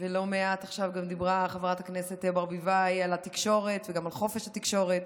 ועכשיו גם דיברה חברת הכנסת ברביבאי על התקשורת וגם על חופש התקשורת,